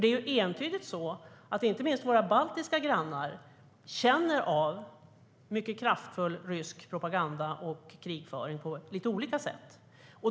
Det är nämligen entydigt så att inte minst våra baltiska grannar känner av mycket kraftfull rysk propaganda och krigföring på lite olika sätt.